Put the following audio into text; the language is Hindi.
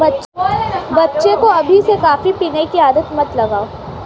बच्चे को अभी से कॉफी पीने की आदत मत लगाओ